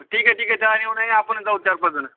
ठीक आहे ठीक आहे त्या आणि येऊ नये आपण जाऊ चार पाच जण